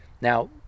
Now